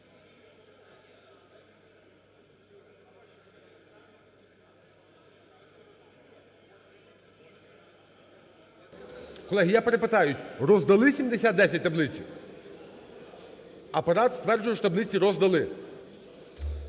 Колеги, я перепитаю: роздали 7010, таблицю? Апарат стверджує, що таблиці роздали.